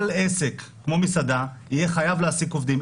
בעל עסק כמו מסעדה יהיה חייב להעסיק עובדים.